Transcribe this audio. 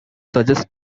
suggests